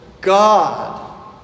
God